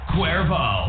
Cuervo